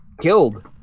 killed